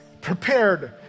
prepared